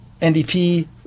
NDP